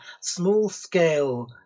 small-scale